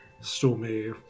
Stormy